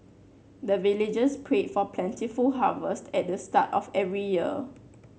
the villagers pray for plentiful harvest at the start of every year